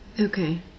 Okay